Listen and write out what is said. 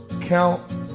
Count